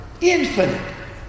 infinite